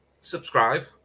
subscribe